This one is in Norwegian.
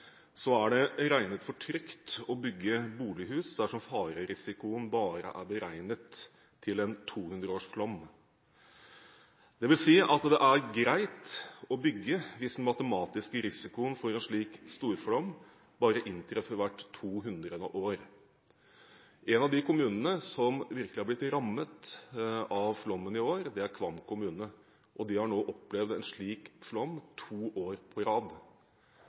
er det regnet for trygt å bygge bolighus dersom farerisikoen bare er beregnet til en 200-årsflom. Det vil si at det er greit å bygge hvis den matematiske risikoen for en slik storflom bare inntrer hvert tohundrede år. En av de kommunene som virkelig har blitt rammet av flommen i år, er Kvam kommune. De har nå opplevd en slik flom to år på rad.